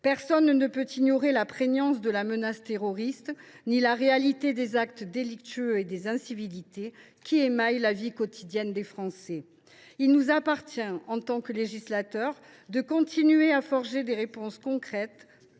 Personne ne peut ignorer la prégnance de la menace terroriste ni la réalité des actes délictueux et des incivilités qui émaillent la vie quotidienne des Français. Il nous appartient, en tant que législateurs, de continuer à forger des réponses concrètes,